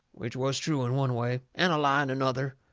which was true in one way, and a lie in another.